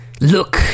Look